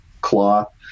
cloth